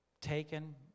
taken